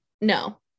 No